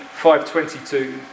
5.22